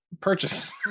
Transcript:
purchase